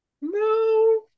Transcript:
No